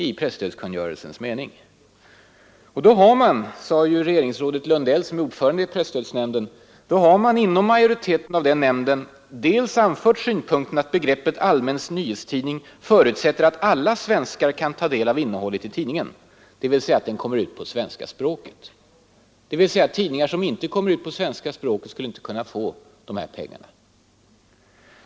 Då har, sade 1973 regeringsrådet Lundell som är ordförande i presstödsnämnden, majoriteten av nämnden anfört synpunkten ”att begreppet ”allmän nyhetstidning” förutsätter att alla svenskar kan ta del av innehållet i tidningen, dvs. den kommer ut på svenska språket”. Tidningar som inte kommer ut på svenska språket skulle alltså inte kunna få dessa pengar.